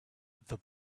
the